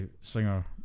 singer